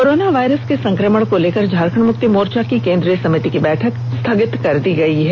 corona virus के संकमण को लेकर झारखंड मुक्ति मोर्चा की केंद्रीय समिति की बैठक स्थगित कर दी गयी है